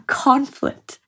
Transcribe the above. conflict